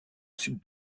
sud